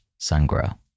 sungrow